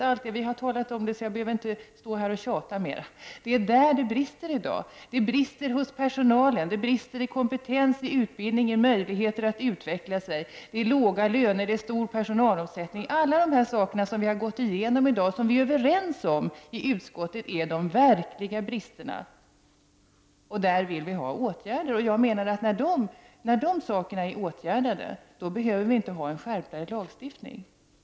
Vi har talat om detta tidigare, så jag behöver inte stå här och tjata mera. Det brister hos personalen, det brister i kompetens, i utbildning, i möjligheter att utvecklas. Lönerna är låga, och personalomsättningen är stor. Alla de saker som vi har gått igenom i dag och som vi är överens om i utskottet utgör de verkliga bristerna. Där vill vi i vpk att det skall vidtas åtgärder. När dessa problem är åtgärdade behövs det inte en skärpt lagstiftning.